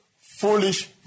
foolish